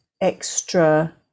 extra